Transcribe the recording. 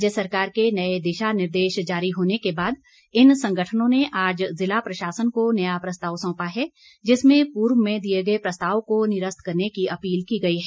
राज्य सरकार के नए दिशा निर्देश जारी होने के बाद इन संगठनों ने आज जिला प्रशासन को नया प्रस्ताव सौंपा है जिसमें पूर्व में दिए गए प्रस्ताव को निरस्त करने की अपील की गई है